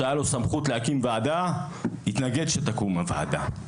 שהייתה לו הסמכות להקים ועדה התנגד לכך שתקום הוועדה.